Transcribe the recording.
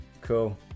Cool